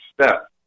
step